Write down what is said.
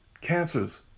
Cancers